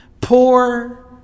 poor